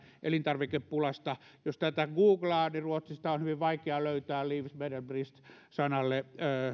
elintarvikepulasta jos tätä googlaa niin ruotsista on hyvin vaikea löytää livsmedelsbrist sanalle